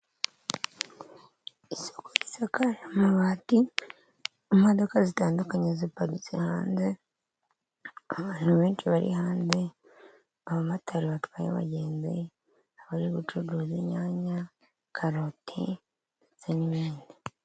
Isoko risakaje amabati, imodoka zitandukanye ziparitse hanze, abantu benshi bari hanze, abamotari batwaye abagenzi, abari gucuruza inyanya, karoti ndetse n'ibindi.